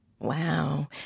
Wow